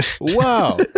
Wow